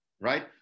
Right